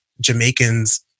Jamaicans